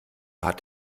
hat